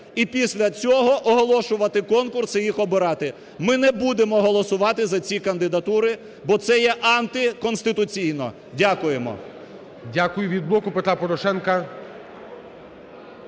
і після цього оголошувати конкурс і їх обирати. Ми не будемо голосувати за ці кандидатури, бо це є антиконституційно. Дякуємо. ГОЛОВУЮЧИЙ. Дякую. Від "Блоку Петра Порошенка"